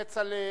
כצל'ה,